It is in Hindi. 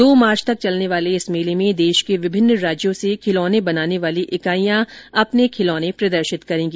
दो मार्च तक चलने वाले इस मेले में देश के विभिन्न राज्यों से खिलौने बनाने वाली इकाइयां अपने खिलौने प्रदर्शित करेंगी